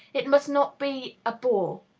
it must not be a bore.